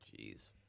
Jeez